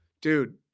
Dude